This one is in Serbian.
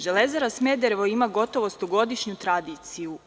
Železara Smederevo“ ima gotovo stogodišnju tradiciju.